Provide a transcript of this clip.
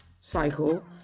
cycle